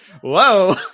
Whoa